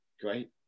Great